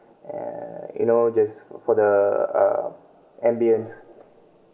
uh you know just for the uh ambiance